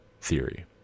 theory